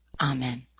Amen